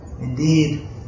Indeed